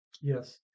Yes